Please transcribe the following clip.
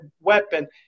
weapon